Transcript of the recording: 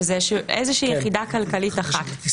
שזה יחידה כלכלית אחת.